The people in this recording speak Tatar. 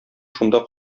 шунда